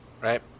right